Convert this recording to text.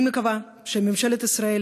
אני מקווה שממשלת ישראל